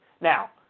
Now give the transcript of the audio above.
Now